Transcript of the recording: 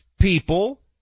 people